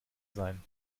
sein